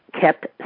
kept